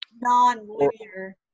Non-linear